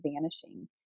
vanishing